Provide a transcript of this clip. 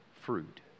fruit